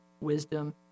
wisdom